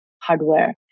hardware